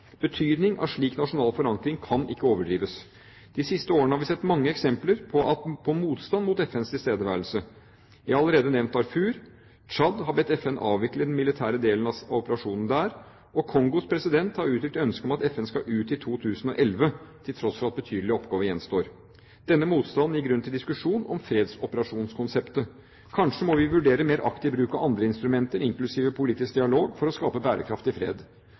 av slik nasjonal forankring kan ikke overdrives. De siste årene har vi sett mange eksempler på motstand mot FNs tilstedeværelse. Jeg har allerede nevnt Darfur. Tsjad har bedt FN avvikle den militære delen av operasjonen der. Og Kongos president har uttrykt ønske om at FN skal ut i 2011, til tross for at betydelige oppgaver gjenstår. Denne motstanden gir grunn til diskusjon om fredsoperasjonskonseptet. Kanskje må vi vurdere mer aktiv bruk av andre instrumenter, inklusiv politisk dialog, for å skape bærekraftig fred.